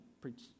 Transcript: preach